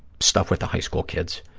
stuff with the high school kids.